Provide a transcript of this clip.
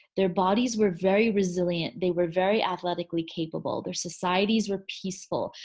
their bodies were very resilient they were very athletically capable. their societies were peaceful.